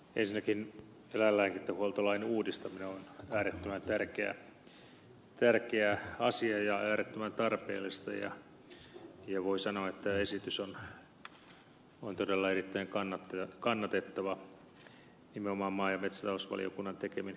ensinnäkin eläinlääkintähuoltolain uudistaminen on äärettömän tärkeä asia ja äärettömän tarpeellista ja voi sanoa että esitys on todella erittäin kannatettava nimenomaan maa ja metsätalousvaliokunnan tekemin täsmennyksin